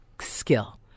skill